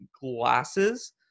glasses